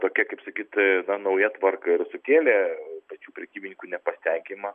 tokia kaip sakyt ee na nauja tvarka ir sukėlė pačių prekybininkų nepasitenkinimą